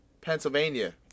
Pennsylvania